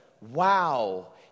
wow